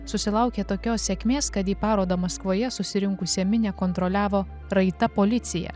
susilaukė tokios sėkmės kad į parodą maskvoje susirinkusią minią kontroliavo raita policija